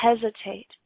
hesitate